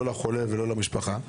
לא לחולה ולא למשפחה.